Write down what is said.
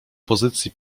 pozycji